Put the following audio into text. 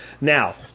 Now